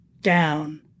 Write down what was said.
down